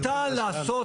לא ניתן לעשות,